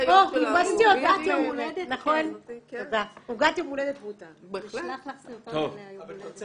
מתאים גם לשנה הזו לא בגלל שלא נעשה